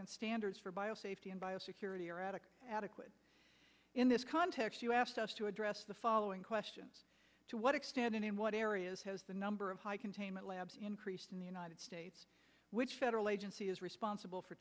and standards for bio safety and bio security are at a adequate in this context you asked us to address the following questions to what extent and in what areas has the number of high containment labs increased in the united states which federal agency is responsible for